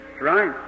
right